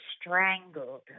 strangled